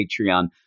Patreon